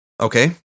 Okay